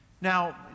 Now